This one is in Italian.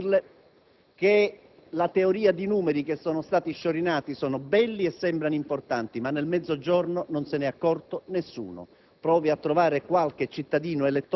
E, a proposito di Mezzogiorno, debbo dirle che la teoria di numeri sciorinati è bella e sembra importante, ma che nel Mezzogiorno non se ne è accorto nessuno.